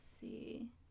see